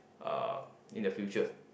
uh in the future